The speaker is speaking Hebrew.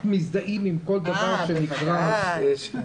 מזדהים עם כל דבר שנקרא --- יש.